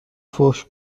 فحش